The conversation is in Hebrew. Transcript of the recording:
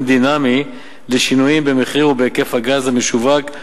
דינמי לשינויים במחיר או בהיקף הגז המשווק,